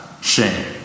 shame